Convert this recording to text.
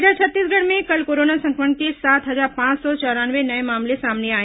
इधर छत्तीसगढ़ में कल कोरोना संक्रमण के सात हजार पांच सौ चौरानवे नये मामले सामने आए